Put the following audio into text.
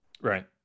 Right